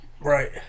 Right